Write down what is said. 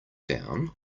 down